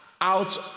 out